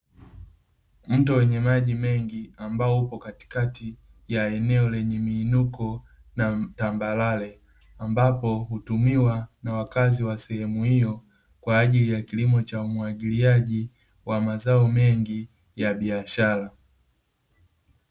Mto wenye maji mengi, ambao upo katikati ya eneo lenye miinuko na tambarare, ambapo hutumiwa na wakazi wa sehemu hiyo kwa ajili ya kilimo cha umwagiliaji wa mazao mengi ya biashara.